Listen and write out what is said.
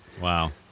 wow